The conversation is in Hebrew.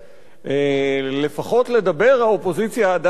לפחות לדבר האופוזיציה עדיין יכולה.